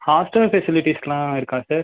hostel ஃபெசிலிட்டிஸ்லாம் இருக்கா sir